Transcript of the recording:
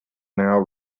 now